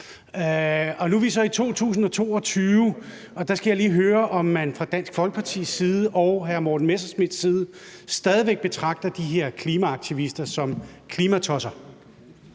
Nu er vi så i 2022, og her skal jeg lige høre, om man fra Dansk Folkepartis side og hr. Morten Messerschmidts side stadig væk betragter de her klimaaktivister som klimatosser.